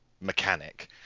mechanic